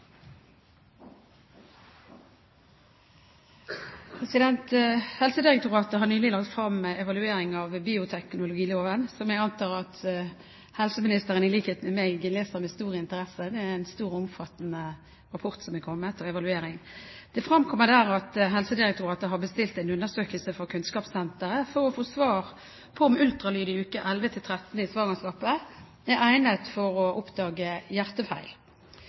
Helsedirektoratet har nylig lagt frem evaluering av bioteknologiloven, som jeg antar at helseministeren i likhet med meg leser med stor interesse. Det er en stor, omfattende rapport og evaluering som er kommet. Det fremkommer der at Helsedirektoratet har bestilt en undersøkelse fra Kunnskapssenteret for å få svar på om ultralyd i uke 11 til 13 i svangerskapet er egnet for å oppdage hjertefeil.